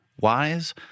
Wise